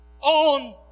on